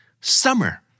Summer